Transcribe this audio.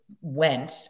went